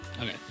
Okay